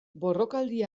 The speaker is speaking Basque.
borrokaldi